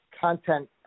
Content